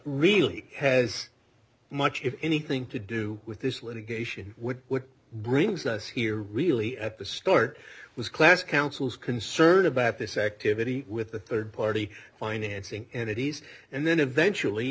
really has much if anything to do with this litigation would what brings us here really at the start was class council's concern about this activity with the third party financing entities and then eventually